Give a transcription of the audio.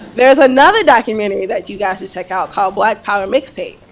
there's another documentary that you guys should check out called black power mix tape.